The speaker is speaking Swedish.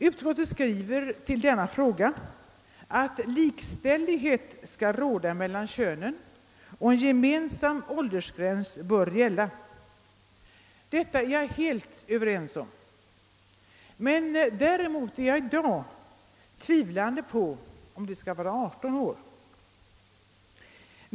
Utskottet skriver beträffande denna fråga att likställighet bör råda mellan könen och att en gemensam åldersgräns bör gälla. Det ta instämmer jag helt i. Däremot tvivlar jag på att åldersgränsen i dag bör sättas till 18 år.